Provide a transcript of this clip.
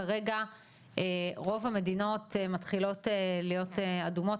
כרגע רוב המדינות מתחילות להיות אדומות.